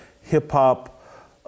hip-hop